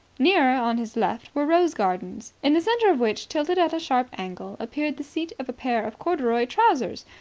nearer, on his left, were rose-gardens, in the centre of which, tilted at a sharp angle, appeared the seat of a pair of corduroy trousers,